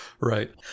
Right